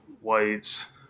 whites